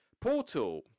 Portal